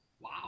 wow